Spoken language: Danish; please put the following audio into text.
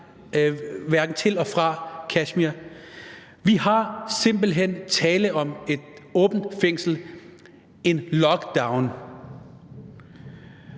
hverken til eller fra Kashmir. Der er simpelt hen tale om et åbent fængsel, en lockdown.